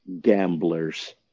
gamblers